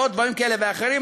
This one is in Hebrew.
ועוד דברים כאלה ואחרים,